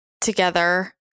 together